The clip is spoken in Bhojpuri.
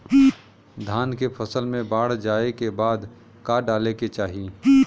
धान के फ़सल मे बाढ़ जाऐं के बाद का डाले के चाही?